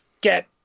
get